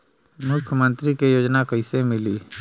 मुख्यमंत्री के योजना कइसे मिली?